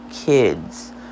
kids